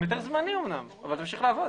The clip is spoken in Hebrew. אמנם עם היתר זמני אבל תמשיך לעבוד.